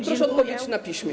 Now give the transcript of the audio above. Proszę o odpowiedź na piśmie.